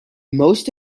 most